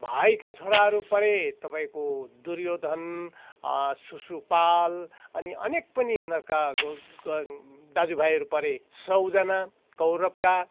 भाइका छोराहरू परे तपाईँको दुर्योधन सिसुपाल अनि अनेक पनि यिनीहरूका ग दाजु भाइहरू परे सौजना कौरवका